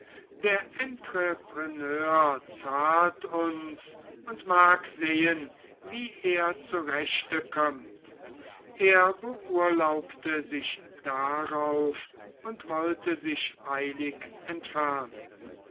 der entrepreneur zahlt uns und mag sehen wie er zurechte kommt er beurlaubte sich darauf und wollte sich eilig entfernen